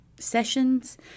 sessions